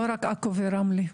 לא רק עכו ורמלה.